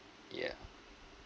yeah